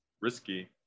risky